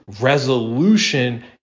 resolution